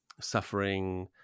suffering